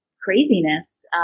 craziness